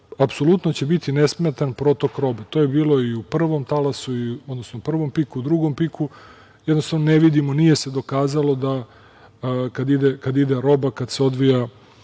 raditi. Apsolutno će biti nesmetan protok robe. To je bilo i u prvom piku, drugom piku. Jednostavno, ne vidimo… Nije se dokazalo da kad ide roba, kad se odvija